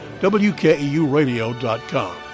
wkeuradio.com